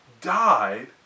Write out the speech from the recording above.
died